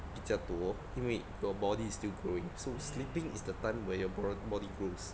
比较多因为 your body is still growing so sleeping is the time where your body grows